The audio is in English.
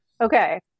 Okay